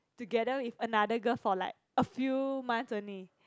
together with another girl for a few months only